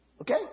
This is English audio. Okay